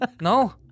No